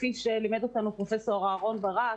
כפי שלימד אותנו פרופ' אהרון ברק,